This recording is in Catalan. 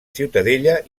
ciutadella